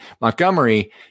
Montgomery